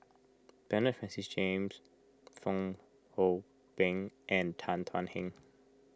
Bernard Francis James Fong Hoe Beng and Tan Thuan Heng